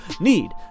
need